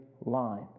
line